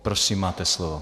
Prosím, máte slovo.